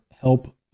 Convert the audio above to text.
help